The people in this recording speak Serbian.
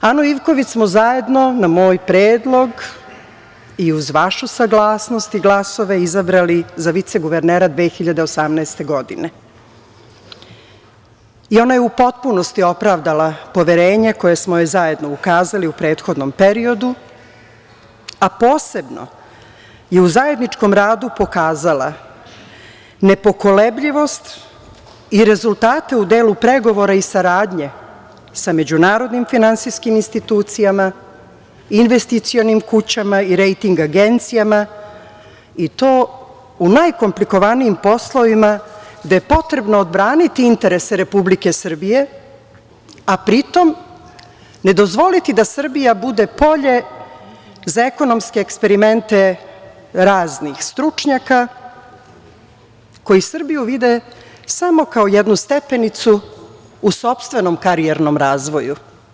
Anu Ivković smo zajedno na moj predlog i uz vašu saglasnost i glasove izabrali za viceguvernera 2018. godine i ona je u potpunosti opravdala poverenje koje smo joj zajedno ukazali u prethodnom periodu, a posebno je u zajedničkom radu pokazala nepokolebljivost i rezultate u delu pregovora i saradnje sa međunarodnim finansijskim institucijama, investicionim kućama i rejting agencijama i to u najkomplikovanijim poslovima, gde je potrebno braniti interese Republike Srbije, a pri tom ne dozvoliti da Srbija bude polje za ekonomske eksperimente raznih stručnjaka koji Srbiju vide samo kao jednu stepenicu u sopstvenom karijernom razvoju.